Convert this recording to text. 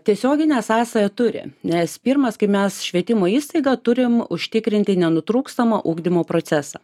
tiesioginę sąsają turi nes pirmas kaip mes švietimo įstaiga turim užtikrinti nenutrūkstamą ugdymo procesą